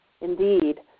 Indeed